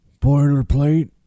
boilerplate